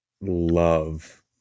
love